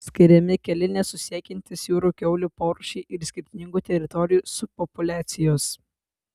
skiriami keli nesusisiekiantys jūrų kiaulių porūšiai ir skirtingų teritorijų subpopuliacijos